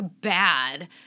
bad